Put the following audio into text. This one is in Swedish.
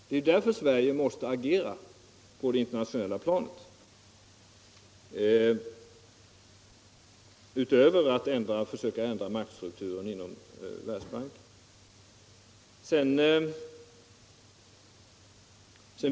Det är därför Sverige därför måste agera på det internationella planet utöver det att vi försöker ändra maktstrukturen inom Världsbanken.